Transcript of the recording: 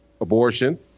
abortion